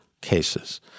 cases